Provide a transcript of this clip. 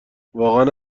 واقعا